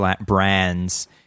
brands